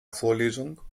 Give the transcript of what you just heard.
vorlesung